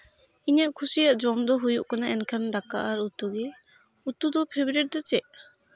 ᱤᱧᱟᱹᱜ ᱠᱷᱩᱥᱤᱭᱟᱜ ᱡᱚᱢ ᱫᱚ ᱦᱩᱭᱩᱜ ᱠᱟᱱᱟ ᱮᱱᱠᱷᱟᱱ ᱫᱟᱠᱟ ᱟᱨ ᱩᱛᱩ ᱜᱮ ᱩᱛᱩ ᱫᱚ ᱯᱷᱮᱵᱟᱨᱤᱴ ᱫᱚ ᱪᱮᱫ